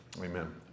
amen